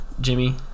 Jimmy